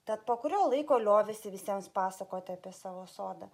tad po kurio laiko liovėsi visiems pasakoti apie savo sodą